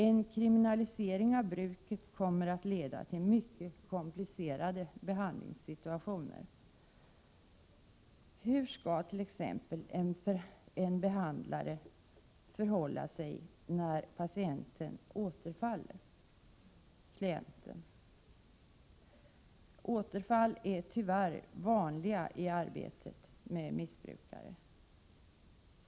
En kriminalisering av bruket kommer att leda till mycket komplicerade behandlingssituationer. Hur skall t.ex. en behandlare förhålla sig när klienten återfaller? Återfall är tyvärr vanliga i arbetet med missbrukare.